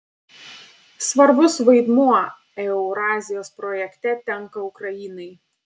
svarbus vaidmuo eurazijos projekte tenka ukrainai